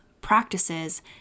practices